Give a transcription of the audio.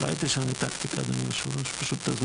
אולי תשנה טקטיקה אדוני יושב הראש.